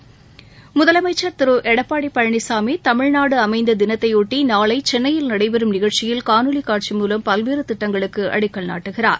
தமிழக முதலமைச்சர் திரு எடப்பாடி பழனிசாமி தமிழ்நாடு அமைந்த தினத்தையொட்டி நாளை சென்னையில் நடைபெறும் நிகழ்ச்சியில் காணொலிக் காட்சி மூலம் பல்வேறு திட்டங்களுக்கு அடிக்கல் நாட்டுகிறார்